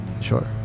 Sure